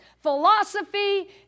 philosophy